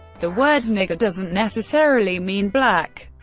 the word nigger doesn't necessarily mean black,